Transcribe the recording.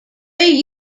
they